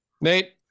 nate